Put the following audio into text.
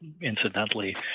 incidentally